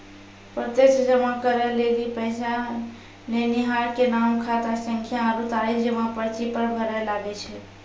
प्रत्यक्ष जमा करै लेली पैसा लेनिहार के नाम, खातासंख्या आरु तारीख जमा पर्ची पर भरै लागै छै